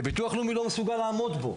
והביטוח הלאומי לא מסוגל לעמוד בו.